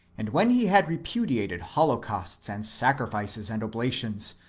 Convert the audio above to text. and when he had repudiated holocausts, and sacrifices, and obla tions,